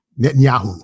Netanyahu